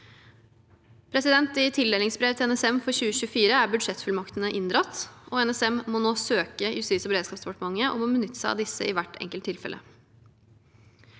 utgifter». I tildelingsbrev til NSM for 2024 er budsjettfullmaktene inndratt, og NSM må nå søke Justis- og beredskapsdepartementet om å benytte seg av disse i hvert enkelt tilfelle.